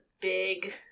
big